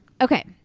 Okay